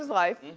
life.